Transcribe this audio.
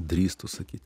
drįstu sakyt